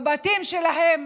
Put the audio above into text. בבתים שלהם,